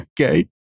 Okay